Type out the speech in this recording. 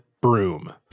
broom